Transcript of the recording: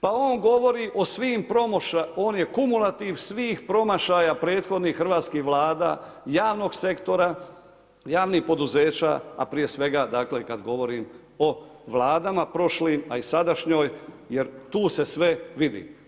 Pa on govori o svim promašajima, on je kumulativ svih promašaja prethodnih hrvatskih Vlada, javnog sektora, javnih poduzeća a prije svega kad govorim o Vladama prošlim a i sadašnjoj jer tu se sve vidi.